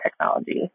technology